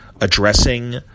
addressing